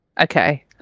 okay